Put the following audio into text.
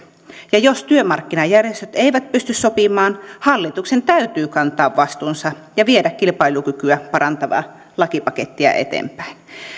ja jos työmarkkinajärjestöt eivät pysty sopimaan hallituksen täytyy kantaa vastuunsa ja viedä kilpailukykyä parantavaa lakipakettia eteenpäin